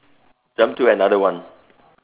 jump to another one